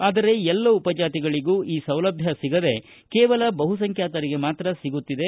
ಆದರೆ ಎಲ್ಲ ಉಪಜಾತಿಗಳಗೂ ಈ ಸೌಲಭ್ಯ ಸಿಗದೇ ಕೇವಲ ಬಹುಸಂಖ್ಯಾತರಿಗೆ ಮಾತ್ರ ಸಿಗುತ್ತಿದೆ